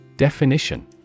Definition